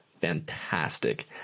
fantastic